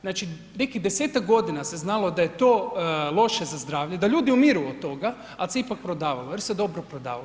Znači nekih 10-tak godina se znalo da je to loše za zdravlje, da ljudi umiru od toga, ali se ipak prodavalo jer se dobro prodavalo.